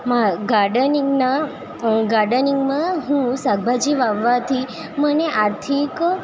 ગાર્ડનિંગના ગાર્ડનિંગમાં હું શાકભાજી વાવવાથી મને આર્થિક